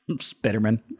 Spider-Man